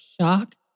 shock